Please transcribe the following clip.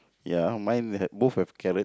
ya mine had both have carrot